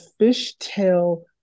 fishtail